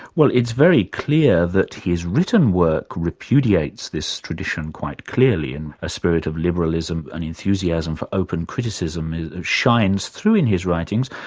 well, it's very clear that his written work repudiates this tradition quite clearly, in a spirit of liberalism and enthusiasm for open criticism shines through in his writings.